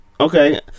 Okay